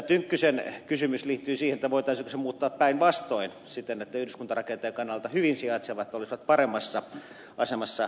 tynkkysen kysymys liittyi siihen voitaisiinko se muuttaa päinvastoin siten että yhdyskuntarakenteen kannalta hyvin sijaitsevat kaupat olisivat paremmassa asemassa